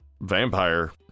vampire